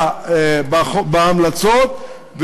בהמלצות,